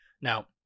Now